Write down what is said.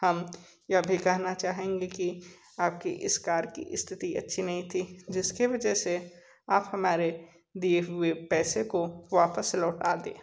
हम यह भी कहना चाहेंगे कि आपकी इस कार की स्थिति अच्छी नहीं थी जिसके वजह से आप हमारे दिए हुए पैसे को वापस लौटा दे